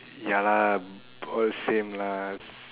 ya lah all same lah